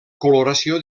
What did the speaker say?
coloració